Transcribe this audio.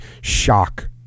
shock